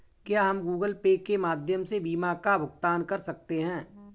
क्या हम Google Pay के माध्यम से बीमा का भुगतान कर सकते हैं?